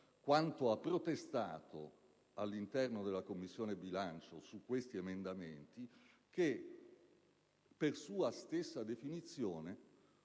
quanto ha protestato all'interno della Commissione bilancio per quegli emendamenti, che, per sua stessa definizione,